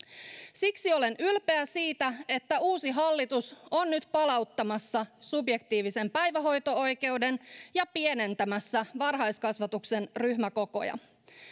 siksi olen ylpeä siitä että uusi hallitus on nyt palauttamassa subjektiivisen päivähoito oikeuden ja pienentämässä varhaiskasvatuksen ryhmäkokoja